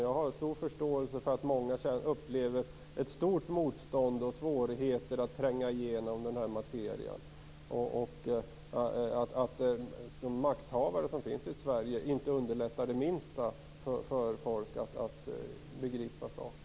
Jag har stor förståelse för att många upplever ett stort motstånd och svårigheter att tränga igenom den här materian och upplever att makthavare i Sverige inte underlättar det minsta för folk att begripa saker.